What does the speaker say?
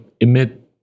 emit